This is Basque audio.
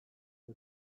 eta